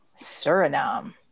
Suriname